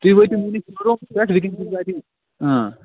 تُہۍ وٲتِو